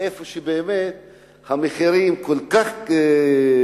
איפה המחירים כל כך ירדו,